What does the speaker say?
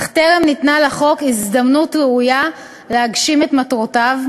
אך טרם ניתנה לחוק הזדמנות ראויה להגשים את מטרותיו,